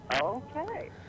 Okay